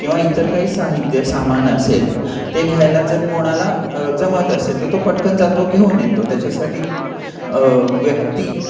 किंवा इतर काही साहित्य सामान असेल ते घ्यायला जर कोणाला जमत असेल तर तो पटकन जातो घेऊन येतो त्याच्यासाठी व्यक्ती